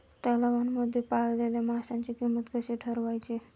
तलावांमध्ये पाळलेल्या माशांची किंमत कशी ठरवायची?